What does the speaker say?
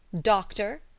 Doctor